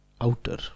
outer